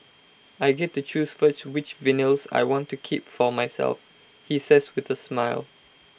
I get to choose first which vinyls I want to keep for myself he says with A smile